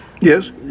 Yes